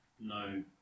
no